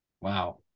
Wow